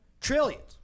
Trillions